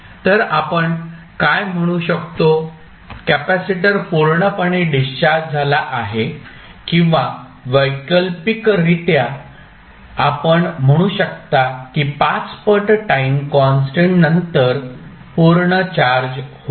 तर आपण काय म्हणू शकतो कॅपेसिटर पूर्णपणे डिस्चार्ज झाला आहे किंवा वैकल्पिकरित्या आपण म्हणू शकता की 5 पट टाईम कॉन्स्टंट नंतर पूर्ण चार्ज होईल